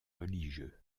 religieux